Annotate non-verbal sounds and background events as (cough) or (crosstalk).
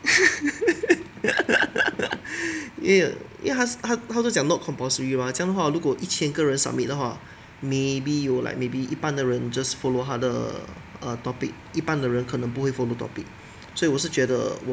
(laughs) 因为他都讲 not compulsory mah 这样的话如果一千个人 submit 的话 maybe 有 like maybe 一半的人 just follow 他的 err topic 一半的人可能不会 follow topic 所以我是觉得